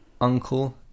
uncle